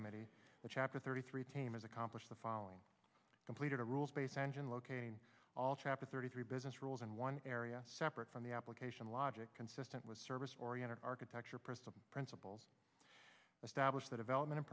subcommittee the chapter thirty three team is accomplished the following completed a rules based engine locating all chapter thirty three business rules in one area separate from the application logic consistent with service oriented architecture principle principles of stablish the development of